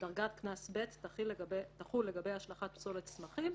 דרגת קנס ב' תחול לגבי השלכת פסולת צמחים,